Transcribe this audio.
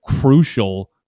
crucial